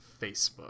Facebook